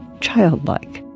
childlike